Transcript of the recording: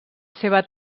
seva